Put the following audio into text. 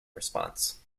response